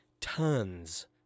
tons